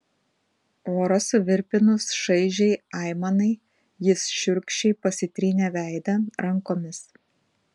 orą suvirpinus šaižiai aimanai jis šiurkščiai pasitrynė veidą rankomis